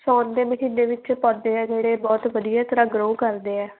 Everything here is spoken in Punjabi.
ਸਾਉਣ ਦੇ ਮਹੀਨੇ ਵਿੱਚ ਪੌਦੇ ਆ ਜਿਹੜੇ ਬਹੁਤ ਵਧੀਆ ਤਰ੍ਹਾਂ ਗਰੋਅ ਕਰਦੇ ਆ